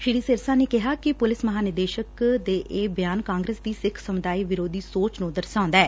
ਮਨਜਿੰਦਰ ਸਿਰਸਾ ਨੇ ਕਿਹਾ ਹੈ ਕਿ ਪੁਲਿਸ ਮਹਾਨਿਦੇਸ਼ਕ ਦਾ ਇਹ ਬਿਆਨ ਕਾਂਗਰਸ ਦੀ ਸਿੱਖ ਸਮੁਦਾਇ ਵਿਰੋਧੀ ਸੋਚ ਨੰ ਦਰਸਾਉਂਦਾ ਐ